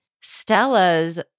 Stella's